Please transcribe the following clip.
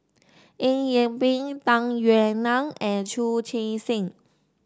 Eng Yee Peng Tung Yue Nang and Chu Chee Seng